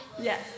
Yes